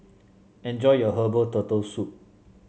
enjoy your Herbal Turtle Soup